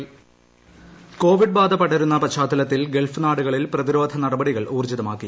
Gulf Covid ബാധ പടരുന്ന പശ്ചാത്തലത്തിൽ ഗൾഫ് നാടുകളിൽ പ്രതിരോധ നടപടികൾ ഊർജ്ജിതമാക്ക്ടി